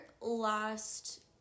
last